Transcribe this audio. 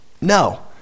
No